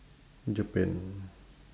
japan